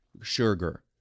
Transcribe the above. sugar